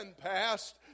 passed